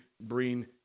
bring